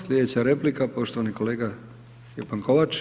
Sljedeća replika poštovani kolega Stjepan Kovač.